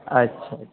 اچھا